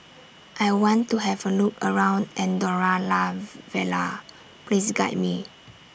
I want to Have A Look around Andorra La Vella Please Guide Me